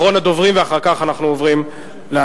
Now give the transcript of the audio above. אחרון הדוברים, ואחר כך אנחנו עוברים להצבעה.